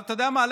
אתה יודע מה?